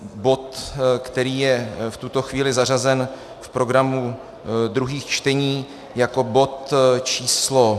Bod, který je v tuto chvíli zařazen v programu druhých čtení jako bod číslo...